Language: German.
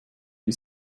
wie